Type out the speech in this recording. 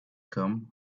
come